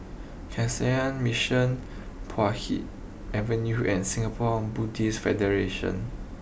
Canossian Mission Puay Hee Avenue and Singapore Buddhist Federation